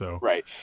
Right